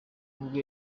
nubwo